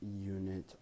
unit